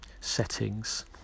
settings